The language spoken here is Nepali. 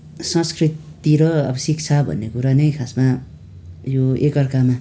संस्कृति र शिक्षा भनेको कुरा नै खासमा यो एकार्कामा